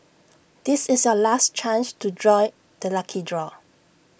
this is your last chance to join the lucky draw